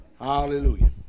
hallelujah